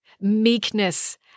meekness